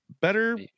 better